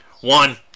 one